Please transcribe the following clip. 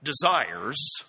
desires